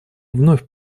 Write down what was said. вновь